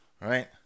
right